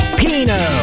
pino